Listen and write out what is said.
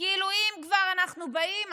כאילו אם כבר אנחנו באים,